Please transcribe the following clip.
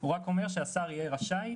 הוא רק אומר שהשר יהיה רשאי,